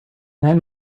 net